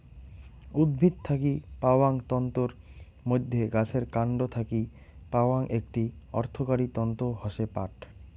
উদ্ভিদ থাকি পাওয়াং তন্তুর মইধ্যে গাছের কান্ড থাকি পাওয়াং একটি অর্থকরী তন্তু হসে পাট